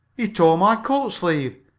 he tore my coat sleeve,